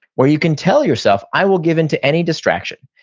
where you can tell yourself, i will give in to any distraction,